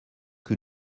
que